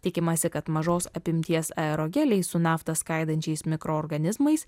tikimasi kad mažos apimties aerogeliai su naftą skaidančiais mikroorganizmais